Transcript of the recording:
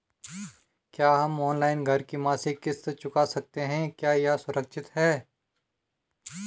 क्या हम ऑनलाइन घर की मासिक किश्त चुका सकते हैं क्या यह सुरक्षित है?